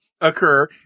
occur